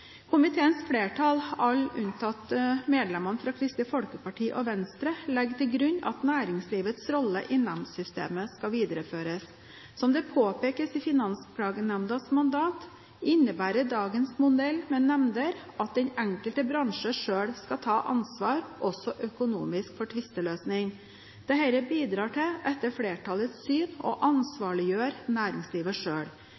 Komiteens flertall, alle unntatt medlemmene fra Kristelig Folkeparti og Venstre, legger til grunn at næringslivets rolle i nemndsystemet skal videreføres. Som det påpekes i Finansklagenemndas mandat, innebærer dagens modell med nemnder at den enkelte bransje selv skal ta ansvar, også økonomisk, for tvisteløsning. Dette bidrar til – etter flertallets syn – å